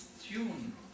tune